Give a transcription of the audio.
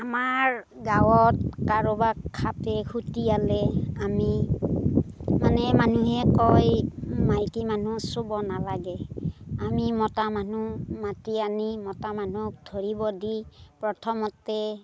আমাৰ গাঁৱত কাৰোবাক সাপে খুটিয়ালে আমি মানে মানুহে কয় মাইকী মানুহ চুব নালাগে আমি মতা মানুহ মাতি আনি মতা মানুহক ধৰিব দি প্ৰথমতে